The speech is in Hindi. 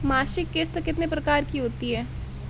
मासिक किश्त कितने प्रकार की होती है?